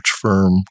firm